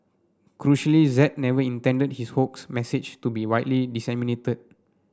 crucially Z never intended his 'hoax' message to be widely disseminated